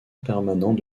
permanent